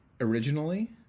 originally